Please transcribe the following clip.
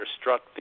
struck